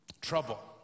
trouble